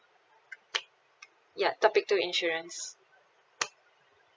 ya topic two insurance